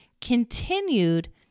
continued